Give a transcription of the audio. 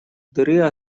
дыры